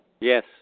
Yes